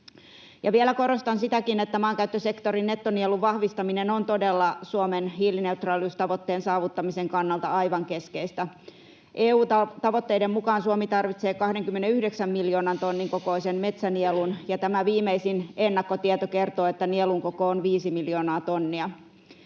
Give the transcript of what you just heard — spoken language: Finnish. Vielä korostan sitäkin, että maankäyttösektorin nettonielun vahvistaminen on todella Suomen hiilineutraaliustavoitteen saavuttamisen kannalta aivan keskeistä. EU-tavoitteiden mukaan Suomi tarvitsee 29 miljoonan tonnin kokoisen metsänielun, ja tämä viimeisin ennakkotieto kertoo, että nielun koko on 5 miljoonaa tonnia.